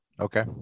Okay